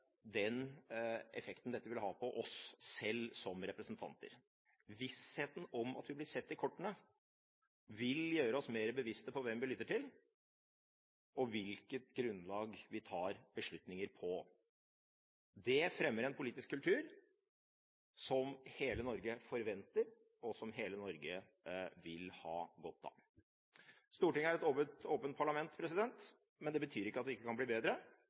den effekten dette ville ha på oss selv som representanter. Vissheten om at vi blir sett i kortene vil gjøre oss mer bevisste på hvem vi lytter til og hvilket grunnlag vi tar beslutninger på. Det fremmer en politisk kultur som hele Norge forventer, og som hele Norge vil ha godt av. Stortinget er et åpent parlament, men det betyr ikke at vi ikke kan bli bedre.